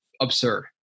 absurd